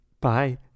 Bye